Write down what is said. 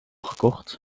gekocht